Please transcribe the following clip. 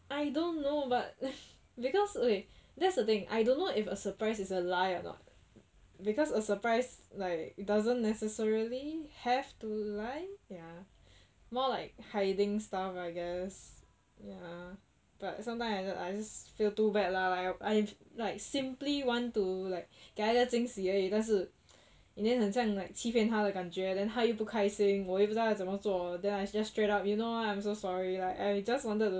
I don't know but because that's the thing I don't know if a surprise is a lie or not because a surprise like doesn't necessarily have to lie ya more like hiding stuff I guess ya but sometime I I just feel too bad lah like I like simply want to like 给他一下惊喜而已但是 in the end 很像 like 欺骗他的感觉 then 他又不开心我又不知道要怎么做 then I just straight up you know I'm so sorry like I just wanted to